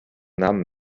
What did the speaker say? namen